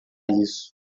isso